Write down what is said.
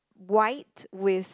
white with